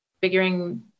figuring